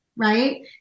Right